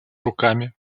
руками